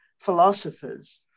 philosophers